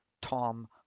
Tom